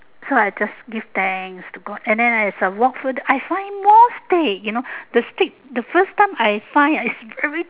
so I just give thanks to god and then as I walk further I find more stick you know the stick you know the first time I find it's very